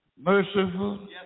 merciful